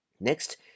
Next